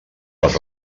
les